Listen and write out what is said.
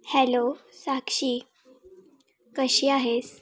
hello Sakshi कशी आहेस